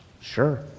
Sure